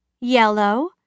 yellow